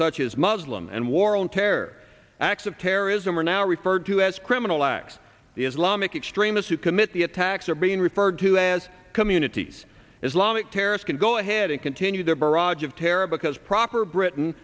as muslim and war on terror acts of terrorism are now referred to as criminal acts the islamic extremists who commit the attacks are being referred to as communities islamic terrorist can go ahead and continue their barrage of terror because proper britain